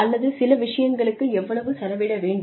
அல்லது சில விஷயங்களுக்கு எவ்வளவு செலவிட வேண்டும்